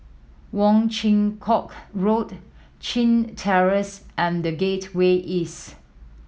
Wong Chin Yoke Road Chin Terrace and The Gateway East